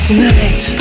Tonight